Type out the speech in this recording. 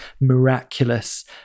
miraculous